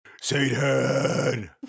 Satan